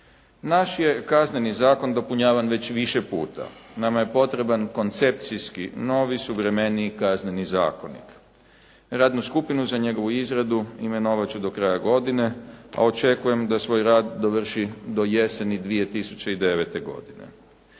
Naš je Kazneni zakon dopunjavan već više puta. Nama je potreban koncepcijski novi suvremeniji Kazneni zakonik. Radnu skupinu za njegovu izradu imenovat ću do kraja godine, a očekujem da svoj rad dovrši do jeseni 2009. godine.